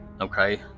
Okay